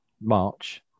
march